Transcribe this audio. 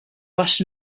was